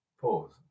Pause